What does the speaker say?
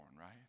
right